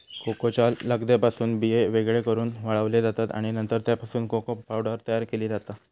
कोकोच्या लगद्यापासून बिये वेगळे करून वाळवले जातत आणि नंतर त्यापासून कोको पावडर तयार केली जाता